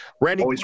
Randy